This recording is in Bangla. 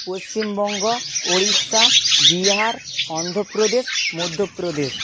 পশ্চিমবঙ্গ ওড়িষ্যা বিহার অন্ধ্র প্রদেশ মধ্য প্রদেশ